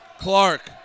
Clark